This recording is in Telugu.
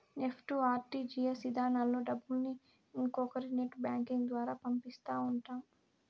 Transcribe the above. నెప్టు, ఆర్టీజీఎస్ ఇధానాల్లో డబ్బుల్ని ఇంకొకరి నెట్ బ్యాంకింగ్ ద్వారా పంపిస్తా ఉంటాం